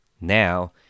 Now